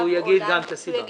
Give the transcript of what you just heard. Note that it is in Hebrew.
הוא יגיד גם את הסיבה.